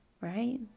right